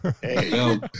Hey